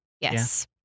Yes